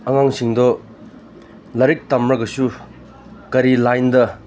ꯑꯉꯥꯡꯁꯤꯡꯗꯣ ꯂꯥꯏꯔꯤꯛ ꯇꯝꯂꯒꯁꯨ ꯀꯔꯤ ꯂꯥꯏꯟꯗ